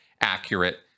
accurate